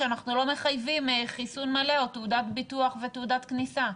שאנחנו לא מחייבים חיסון מלא או תעודת ביטוח ותעודת כניסה.